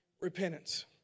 repentance